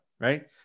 Right